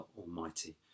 almighty